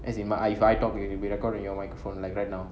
as in but if I talk you it will be recorded in your microphone like right now